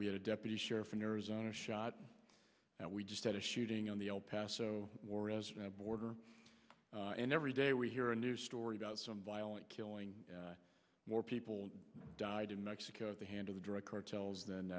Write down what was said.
we had a deputy sheriff in arizona shot and we just had a shooting on the el paso so warres border and every day we hear a news story about some violent killing more people died in mexico at the hand of the drug cartels than